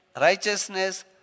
righteousness